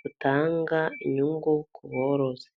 butanga inyungu ku borozi.